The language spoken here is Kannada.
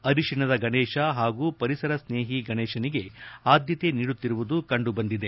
ಅರಿಶಿಣದ ಗಣೇಶ ಹಾಗೂ ಪರಿಸರ ಸ್ನೇಹಿ ಗಣೇಶನಿಗೆ ಆದ್ಯತೆ ನೀಡುತ್ತಿರುವುದು ಕಂಡುಬಂದಿದೆ